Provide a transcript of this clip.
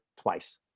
twice